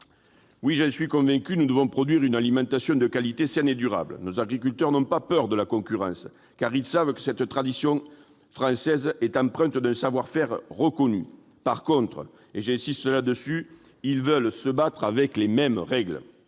Oui, j'en suis convaincu, nous devons produire une alimentation de qualité, saine et durable. Nos agriculteurs n'ont pas peur de la concurrence, car ils savent que la tradition française est empreinte d'un savoir-faire reconnu. En revanche, et j'y insiste, ils veulent se battre avec les mêmes règles.